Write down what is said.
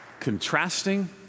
Contrasting